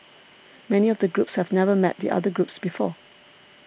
many of the groups have never met the other groups before